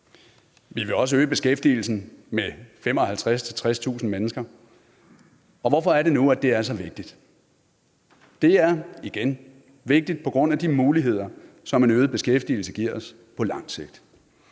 Vi vil også øge beskæftigelsen med 55.000-60.000 mennesker. Og hvorfor er det nu, at det er så vigtigt? Det er – igen, vil jeg sige – vigtigt på grund af de muligheder, som en øget beskæftigelse giver os på lang sigt.